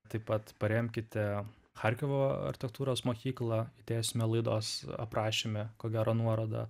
taip pat paremkite charkivo architektūros mokyklą įdėsime laidos aprašyme ko gero nuorodą